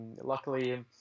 luckily